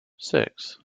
six